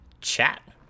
chat